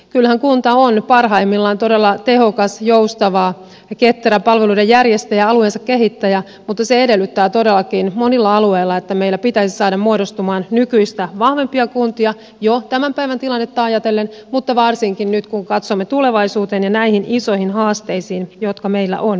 kyllähän kunta on parhaimmillaan todella tehokas joustava ja ketterä palveluiden järjestäjä ja alueensa kehittäjä mutta se edellyttää todellakin monilla alueilla että meillä pitäisi saada muodostumaan nykyistä vahvempia kuntia jo tämän päivän tilannetta ajatellen mutta varsinkin nyt kun katsomme tulevaisuuteen ja näihin isoihin haasteisiin jotka meillä on edessä